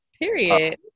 Period